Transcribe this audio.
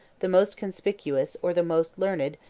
the most conspicuous, or the most learned,